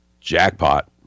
jackpot